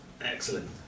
Excellent